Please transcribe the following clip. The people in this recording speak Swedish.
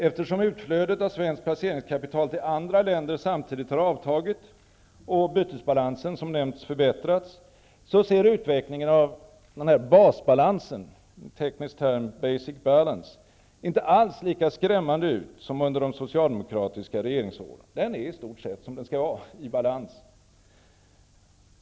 Eftersom utflödet av svenskt placeringskapital till andra länder samtidigt har avtagit och bytesbalansen som nämnts förbättrats, ser utvecklingen av basbalansen, basic balance med en teknisk term, inte alls lika skrämmande ut som under de socialdemokratiska regeringsåren. Det är i stort sett som det skall vara, i balans.